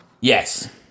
Yes